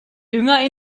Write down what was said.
dünger